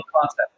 concept